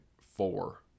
four